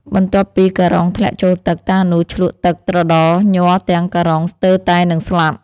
បន្ទាប់ពីការុងធ្លាក់ចូលទឹក តានោះឈ្លក់ទឹកត្រដរញ័រទាំងការុងស្ទើរតែនិងស្លាប់។